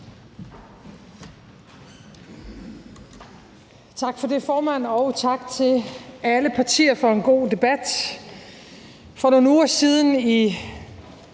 Tak for det, formand, og tak til alle partier for en god debat. For nogle uger siden